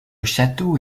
château